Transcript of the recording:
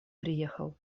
приехал